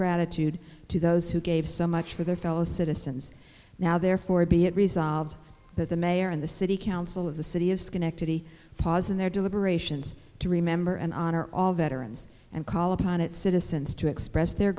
gratitude to those who gave so much for their fellow citizens now therefore be it resolved that the mayor and the city council of the city of schenectady pause in their deliberations to remember and honor all veterans and call upon its citizens to express their